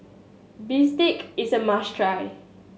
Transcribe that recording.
bistake is a must try